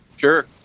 Sure